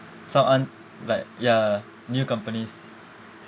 some un~ like ya new companies